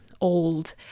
old